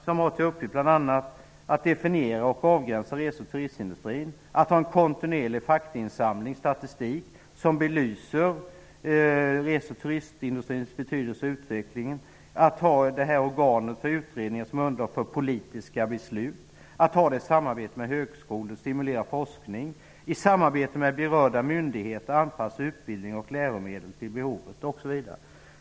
Det skall bl.a. ha till uppgift att definiera och avgränsa rese och turistindustrin, att göra en kontinuerlig faktainsamling och upprätta statistik som belyser rese och turistindustrins betydelse och utveckling, att göra utredningar som kan fungera som underlag för politiska beslut, att samarbeta med högskolor, att stimulera forskning, att i samarbete med berörda myndigheter anpassa utbildning och läromedel till behoven osv.